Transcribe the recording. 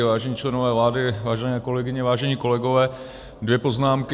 Vážení členové vlády, vážené kolegyně, vážení kolegové, dvě poznámky.